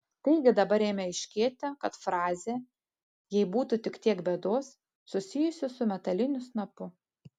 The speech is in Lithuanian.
taigi dabar ėmė aiškėti kad frazė jei būtų tik tiek bėdos susijusi su metaliniu snapu